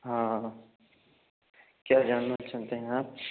हँ क्या जानना चाह रहे है आप